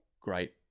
great